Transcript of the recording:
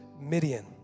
Midian